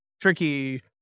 tricky